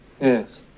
Yes